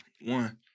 one